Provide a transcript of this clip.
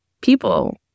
people